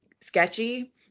sketchy